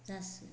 जासिगोन